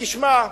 תשמע,